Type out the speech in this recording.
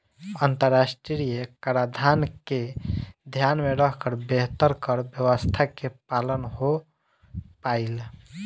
अंतरराष्ट्रीय कराधान के ध्यान में रखकर बेहतर कर व्यावस्था के पालन हो पाईल